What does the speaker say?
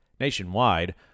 Nationwide